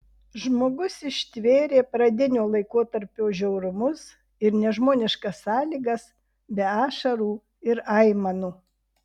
žmogus ištvėrė pradinio laikotarpio žiaurumus ir nežmoniškas sąlygas be ašarų ir aimanų